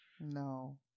No